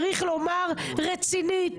צריך לומר רצינית,